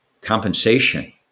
compensation